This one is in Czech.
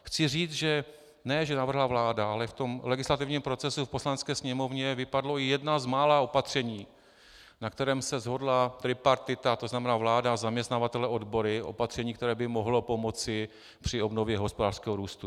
Chci říct, že ne že navrhla vláda, ale v tom legislativním procesu v Poslanecké sněmovně vypadlo jedno z mála opatření, na kterém se shodla tripartita, tzn. vláda, zaměstnavatelé, odbory opatření, které by mohlo pomoci při obnově hospodářského růstu.